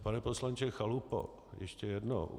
Pane poslanče Chalupo, ještě jednou.